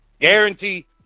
Guarantee